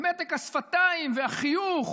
מתק השפתיים והחיוך,